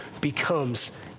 becomes